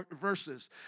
verses